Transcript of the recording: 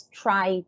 try